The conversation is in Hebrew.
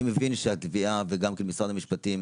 אני מבין שהתביעה, וגם משרד המשפטים,